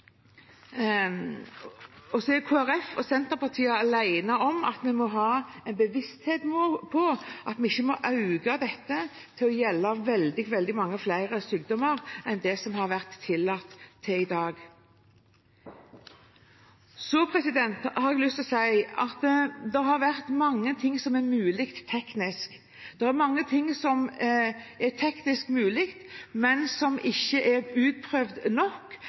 tilbudet. Så er Kristelig Folkeparti og Senterpartiet alene om at vi må ha en bevissthet rundt at vi ikke må øke dette til å gjelde veldig mange flere sykdommer enn det som har vært tillatt til i dag. Så har jeg lyst til å si at det har vært mange ting som er mulig teknisk. Det er mange ting som er teknisk mulig, men som ikke er utprøvd nok.